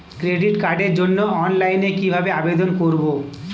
Credit কার্ডের জন্য অনলাইনে কিভাবে আবেদন করব?